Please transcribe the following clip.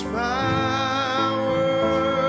power